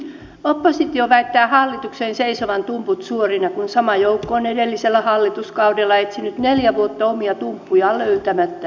oppositio väittää hallituksen seisovan tumput suorina kun sama joukko on edellisellä hallituskaudella etsinyt neljä vuotta omia tumppujaan löytämättä niitä